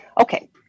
Okay